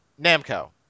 Namco